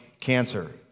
cancer